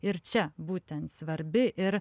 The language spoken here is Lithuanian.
ir čia būtent svarbi ir